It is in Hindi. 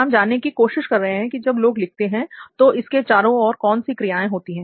हम जानने की कोशिश कर रहे हैं कि जब लोग लिखते हैं तो इसके चारों और कौन सी क्रियाएं होती है